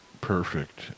perfect